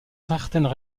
certaines